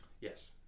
Yes